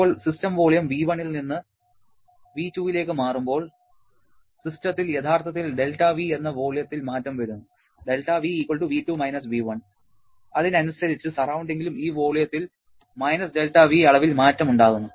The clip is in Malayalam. ഇപ്പോൾ സിസ്റ്റം വോളിയം V1 ൽ നിന്ന് V2 ലേക്ക് മാറുമ്പോൾ സിസ്റ്റത്തിൽ യഥാർത്ഥത്തിൽ δV എന്ന വോള്യത്തിൽ മാറ്റം വരുന്നു δV V2 − V1 അതിനനുസരിച്ച് സറൌണ്ടിങ്ങിലും ഈ വോള്യത്തിൽ δV അളവിൽ മാറ്റമുണ്ടാകുന്നു